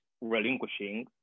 relinquishing